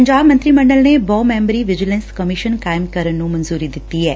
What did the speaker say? ਪੰਜਾਬ ਮੰਤਰੀ ਮੰਡਲ ਨੇ ਬਹੁ ਮੈਬਰੀ ਵਿਜੀਲੈਸ ਕਮਿਸ਼ਨ ਕਾਇਮ ਕਰਨ ਨੂੰ ਮਨਜੂਰੀ ਦਿੱਤੀ ਐ